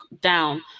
down